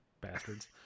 Bastards